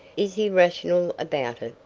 is he rational about it?